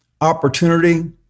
opportunity